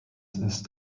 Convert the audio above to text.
ist